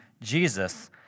Jesus